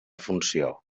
funció